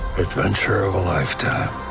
adventure of a lifetime.